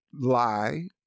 lie